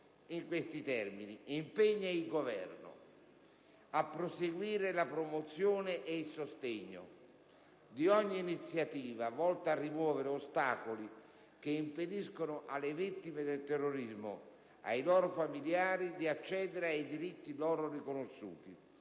in questi termini: «impegna il Governo a proseguire la promozione e il sostegno di ogni iniziativa volta a rimuovere ostacoli che impediscono alle vittime del terrorismo e ai loro familiari di accedere ai diritti loro riconosciuti,